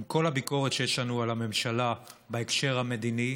עם כל הביקורת שיש לנו על הממשלה בהקשר המדיני,